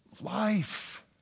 life